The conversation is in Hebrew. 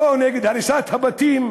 או נגד הריסת הבתים,